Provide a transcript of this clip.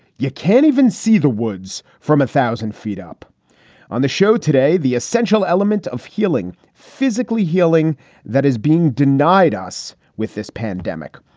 you can't even see the woods from a thousand feet up on the show today. the essential element of healing, physically healing that is being denied us with this pandemic.